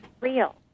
real